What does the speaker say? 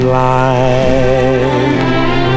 life